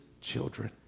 children